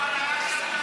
דברים שלא ראויים.